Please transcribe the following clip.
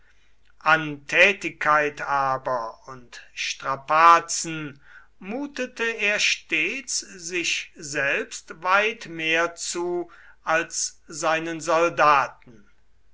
an tätigkeit aber und strapazen mutete er stets sich selbst weit mehr zu als seinen soldaten